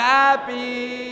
happy